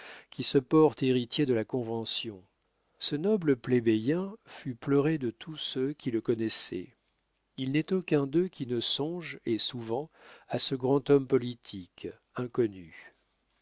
qui se portent héritiers de la convention ce noble plébéien fut pleuré de tous ceux qui le connaissaient il n'est aucun d'eux qui ne songe et souvent à ce grand homme politique inconnu